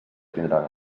tindran